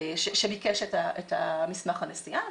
שביקש את מסמך הנסיעה.